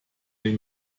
den